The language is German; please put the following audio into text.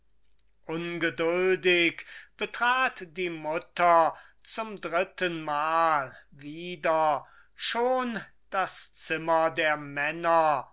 ungeduldig betrat die mutter zum drittenmal wieder schon das zimmer der männer